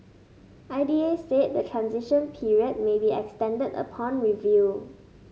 I D A said the transition period may be extended upon review